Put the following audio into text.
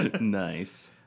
Nice